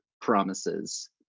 promises